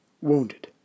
wounded